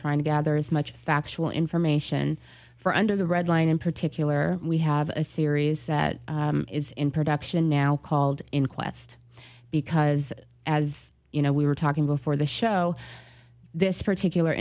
trying to gather as much factual information for under the red line in particular we have a series that is in production now called inquest because as you know we were talking before the show this particular